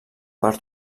per